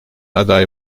aday